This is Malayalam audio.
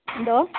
എന്തോ